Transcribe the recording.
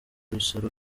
rusaro